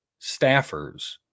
staffers